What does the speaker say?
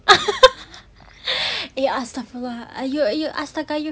eh astaghfirullahaladzim ah you ah you